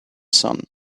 son